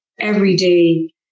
everyday